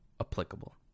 applicable